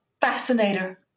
fascinator